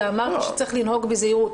אלא אמרתי שצריך לנהוג בזהירות.